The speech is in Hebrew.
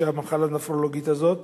המחלה הנפרולוגית הזאת.